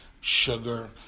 sugar